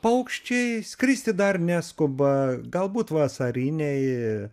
paukščiai skristi dar neskuba galbūt vasariniai